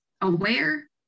aware